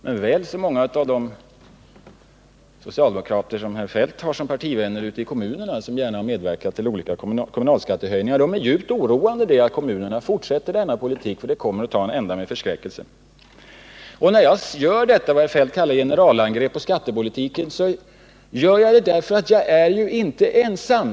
Det hade däremot väl så många av dem som herr Feldt har som partivänner ute i kommunerna och som gärna medverkade till olika kommunala skattehöjningar. Men de är nu djupt oroade av att kommunerna fortsätter denna politik, för det kommer att ta en ände med förskräckelse. När jag gör vad herr Feldt kallar ett generalangrepp på skattepolitiken, så är jag inte ensam.